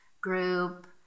group